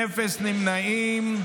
אין נמנעים.